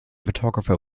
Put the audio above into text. photographer